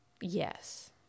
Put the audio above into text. Yes